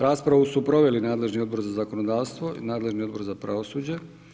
Raspravu su proveli nadležni Odbor za zakonodavstvo i nadležni Odbor za pravosuđe.